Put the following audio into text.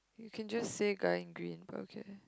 you can just say guy in green but okay